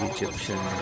Egyptian